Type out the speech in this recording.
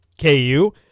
KU